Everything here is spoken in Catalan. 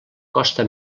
costa